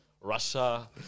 Russia